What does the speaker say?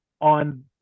on